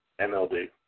MLD